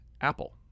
Apple